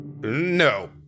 No